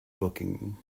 booking